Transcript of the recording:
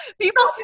people